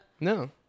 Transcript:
No